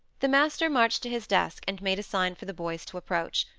the master marched to his desk, and made a sign for the boys to approach,